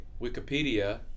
Wikipedia